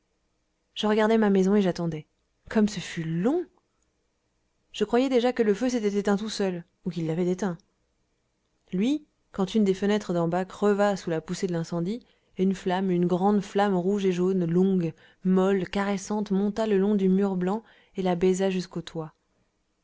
je regardais ma maison et j'attendais comme ce fut long je croyais déjà que le feu s'était éteint tout seul ou qu'il l'avait éteint lui quand une des fenêtres d'en bas creva sous la poussée de l'incendie et une flamme une grande flamme rouge et jaune longue molle caressante monta le long du mur blanc et le baisa jusqu'au toit